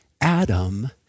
Adam